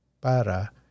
para